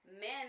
men